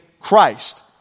Christ